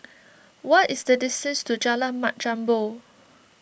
what is the distance to Jalan Mat Jambol